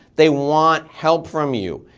they want help from you.